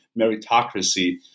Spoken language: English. meritocracy